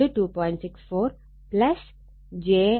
64 j 0